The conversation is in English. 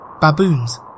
Baboons